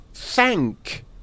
thank